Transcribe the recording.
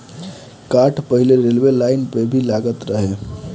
काठ पहिले railway line में भी लागत रहे